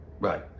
Right